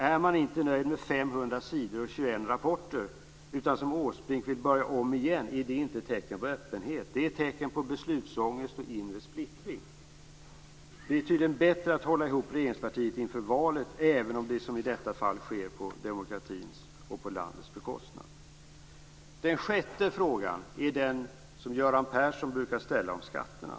Är man inte nöjd med 500 sidor och 21 rapporter utan som Åsbrink vill börja om igen är det inte ett tecken på öppenhet, utan det är ett tecken på beslutsångest och inre splittring. Det är tydligen bättre att hålla ihop regeringspartiet inför valet, även om det som i detta fall sker på demokratins och landets bekostnad. Den sjätte frågan är den som Göran Persson brukar ställa om skatterna.